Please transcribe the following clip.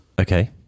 Okay